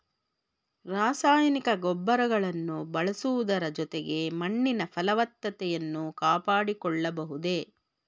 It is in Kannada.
ರಾಸಾಯನಿಕ ಗೊಬ್ಬರಗಳನ್ನು ಬಳಸುವುದರ ಜೊತೆಗೆ ಮಣ್ಣಿನ ಫಲವತ್ತತೆಯನ್ನು ಕಾಪಾಡಿಕೊಳ್ಳಬಹುದೇ?